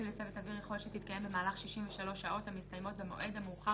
לצוות אוויר יכול שתתקיים במהלך 63 שעות המסתיימות במועד המאוחר